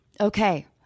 Okay